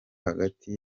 hagati